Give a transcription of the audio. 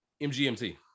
mgmt